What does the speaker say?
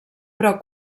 pro